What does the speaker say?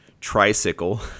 tricycle